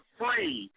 free